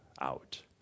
out